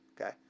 okay